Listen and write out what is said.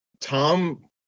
Tom